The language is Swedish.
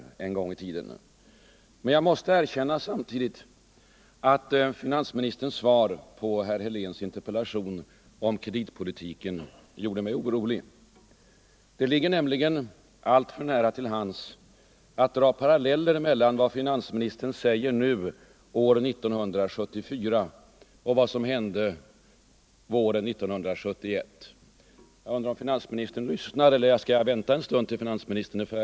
Men jag måste samtidigt erkänna att finansministerns svar på herr Heléns interpellation om kreditpolitiken gjorde mig orolig. Det ligger nämligen alltför nära till hands att dra paralleller mellan vad finansministern säger nu år 1974 och vad som hände våren 1971.